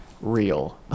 real